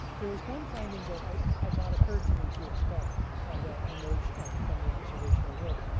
there was one finding that had not occurred to me to expect that emerged from the observational work.